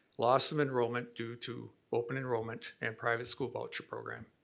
loss of enrollment due to open enrollment and private school voucher program.